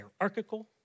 hierarchical